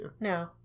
No